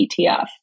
ETF